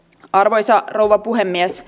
arvoisa rouva puhemies